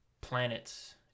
planets